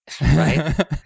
right